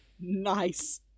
Nice